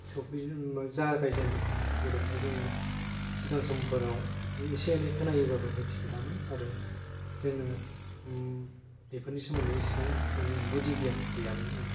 सफैयो बा जागायजेनदों जेरैहाय जोङो सिगां समफोराव बिदि इसे एनै खोनायोबाबो मिन्थिफेरामोन आरो जोङो बेफोरनि सोमोन्दै इसिबां माने गुदि गियान गैयामोन आरो